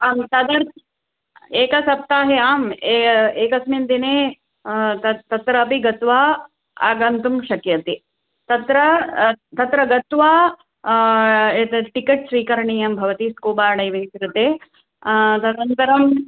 आं तदर्थम् एकसप्ताहे आम् ए एकस्मिन् दिने त तत्र अपि गत्वा आगन्तुं शक्यते तत्र तत्र गत्वा एतत् टिकेट् स्वीकरणीयं भवति स्कूबा डैविङ् कृते तदनन्तरं